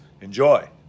Enjoy